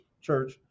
Church